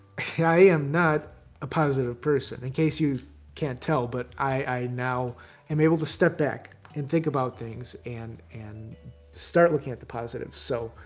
am not a positive person, in case you can't tell. but, i now am able to step back and think about things, and and start looking at the positives. so,